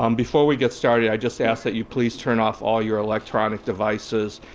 um before we get started, i just ask that you please turn off all your electronic devices,